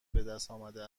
بهدستآمده